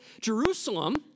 Jerusalem